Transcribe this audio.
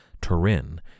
Turin